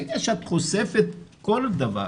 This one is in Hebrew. ברגע שאת חושפת כל דבר,